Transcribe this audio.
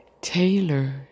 Taylor